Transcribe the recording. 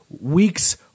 week's